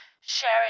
sharing